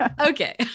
Okay